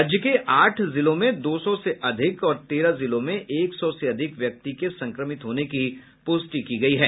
राज्य के आठ जिलों में दो सौ से अधिक और तेरह जिलों में एक सौ से अधिक व्यक्ति के संक्रमित होने की पुष्टि की गई है